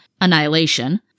Annihilation